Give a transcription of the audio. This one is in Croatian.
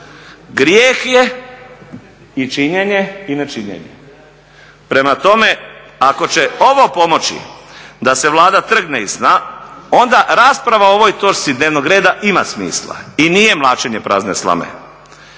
Grijeh je i činjenje i nečinjenje. Prema tome, ako će ovo pomoći da se Vlada trgne iz sna onda rasprava o ovoj točci dnevnog reda ima smisla i nije mlaćenje prazne slame.